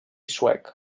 suec